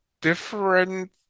different